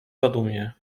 zadumie